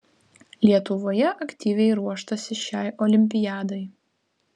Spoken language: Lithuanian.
lietuvoje aktyviai ruoštasi šiai olimpiadai